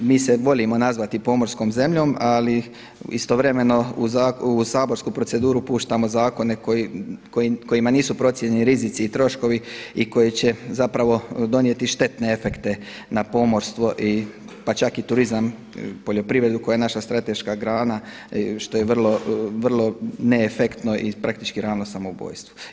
Mi se volimo nazvati pomorskom zemljom, ali istovremeno u saborsku proceduru puštamo zakone kojima nisu procijenjeni rizici i troškovi i koji će donijeti štetne efekte na pomorstvo i pa čak i turizam, poljoprivredu koja je naša strateška grana što je vrlo ne efektno i praktički realno samoubojstvo.